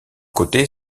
côté